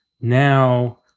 now